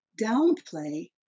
downplay